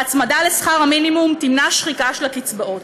ההצמדה לשכר המינימום תמנע שחיקה של הקצבאות.